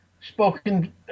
spoken